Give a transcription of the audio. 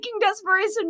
desperation